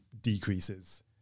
decreases